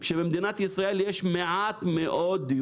אני מכבד את כרמית, אבל אני חושב שהיא טעתה פה.